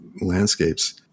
landscapes